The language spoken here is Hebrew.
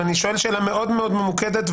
אני שואל שאלה מאוד מאוד ממוקדת,